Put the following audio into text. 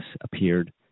appeared